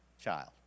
child